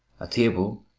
a table,